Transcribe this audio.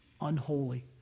unholy